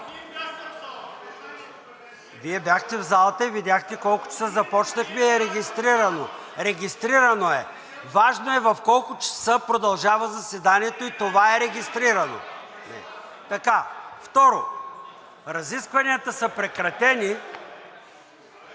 …Вие бяхте в залата и видяхте в колко часа започнахме и е регистрирано, регистрирано е. Важно е в колко часа продължава заседанието и това е регистрирано. Така. Второ, разискванията са прекратени…